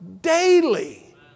Daily